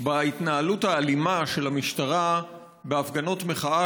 בהתנהלות האלימה של המשטרה בהפגנות מחאה